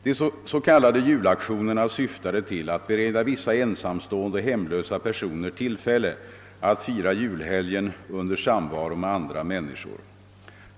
De s.k. julaktionerna syftade till att bereda vissa ensamstående och hemlösa personer tillfälle att fira julhelgen under samvaro med andra människor.